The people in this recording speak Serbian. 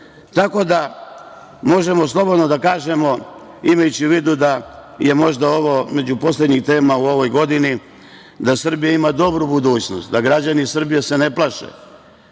tako dalje. Možemo slobodno da kažemo, imajući u vidu da je možda ovo među poslednjih tema u ovoj godini, da Srbija ima dobru mogućnost, da se građani Srbije ne plaše